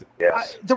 yes